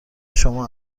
شما